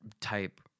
type